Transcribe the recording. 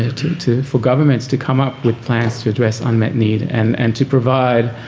ah to to for governments to come up with plans to address unmet need, and and to provide